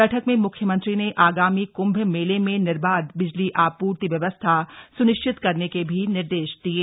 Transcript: बैठक में मुख्यमंत्री ने आगामी क्म्भ मेले में निर्बाध बिजली आपूर्ति व्यवस्था सुनिश्चित करने के भी निर्देश दिये